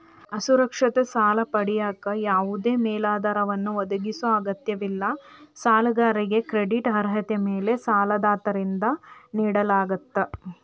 ಅಸುರಕ್ಷಿತ ಸಾಲ ಪಡೆಯಕ ಯಾವದೇ ಮೇಲಾಧಾರವನ್ನ ಒದಗಿಸೊ ಅಗತ್ಯವಿಲ್ಲ ಸಾಲಗಾರಾಗಿ ಕ್ರೆಡಿಟ್ ಅರ್ಹತೆ ಮ್ಯಾಲೆ ಸಾಲದಾತರಿಂದ ನೇಡಲಾಗ್ತ